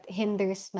hinders